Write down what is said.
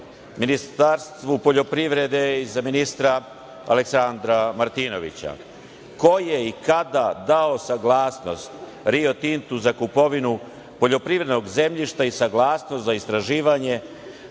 prosveti? Ministarstvu poljoprivrede i za ministra Aleksandra Martinovića, ko je i kada dao saglasnost Rio Tintu za kupovinu poljoprivrednog zemljišta i saglasnost za istraživačke